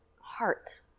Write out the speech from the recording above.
heart